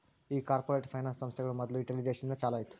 ಈ corporate finance ಸಂಸ್ಥೆಗಳು ಮೊದ್ಲು ಇಟಲಿ ದೇಶದಿಂದ ಚಾಲೂ ಆಯ್ತ್